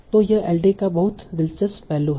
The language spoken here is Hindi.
तो यह एलडीए का बहुत दिलचस्प पहलू है